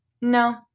No